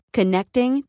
Connecting